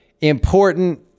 important